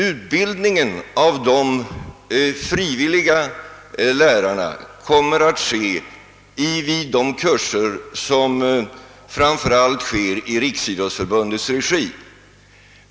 Utbildningen av de frivilliga lärarna kommer att ske vid kurser i framför allt Riksidrottsförbundets regi.